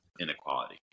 inequality